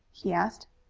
he asked.